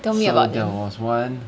so there was on